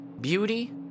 Beauty